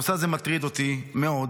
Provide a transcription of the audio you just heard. הנושא הזה מטריד אותי מאוד.